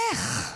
איך?